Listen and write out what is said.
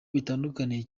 bitandukaniye